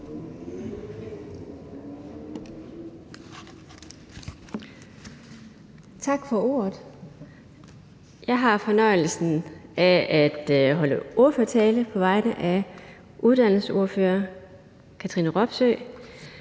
Tak for ordet. Jeg har fornøjelsen af at holde ordførertale på vegne af uddannelsesordfører Katrine Robsøe.